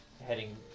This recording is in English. heading